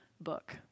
book